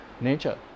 nature